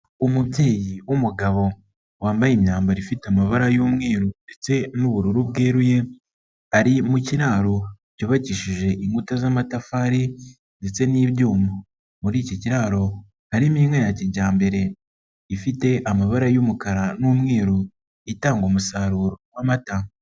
Umubyeyi w'umugabo wambaye imyambaro ifite amabara y'umweru ndetse n'ubururu bweruye, ari mu kiraro cyubakishije inkuta z'amatafari ndetse n'ibyuma, muri iki kiraro harimo inka ya kijyambere ifite amabara y'umukara n'umweru itanga umusaruro w'amata.